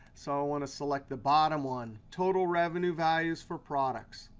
so i want to select the bottom one total revenue values for products.